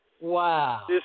Wow